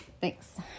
thanks